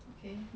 okay